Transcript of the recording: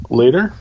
later